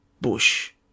Bush